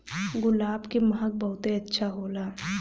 गुलाब के महक बहुते अच्छा होला